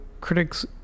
critics